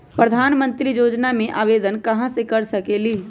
प्रधानमंत्री योजना में आवेदन कहा से कर सकेली?